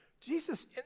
Jesus